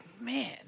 Man